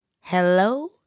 Hello